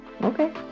Okay